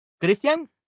Christian